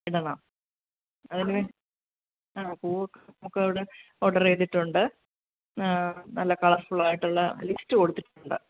ഇടണം അത് ആ പൂ പൂക്കളുടെ ഓർഡർ ചെയ്തിട്ടുണ്ട് നല്ല കളർഫുൾ ആയിട്ടുള്ള ലിസ്റ്റ് കൊടുത്തിട്ടുണ്ട്